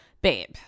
babe